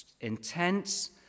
intense